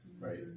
Right